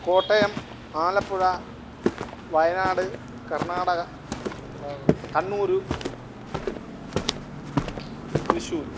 Kottayam Alappuzha Wayanad Karnataka Kannur Thrissur